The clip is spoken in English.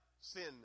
sin